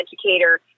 educator